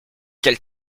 quel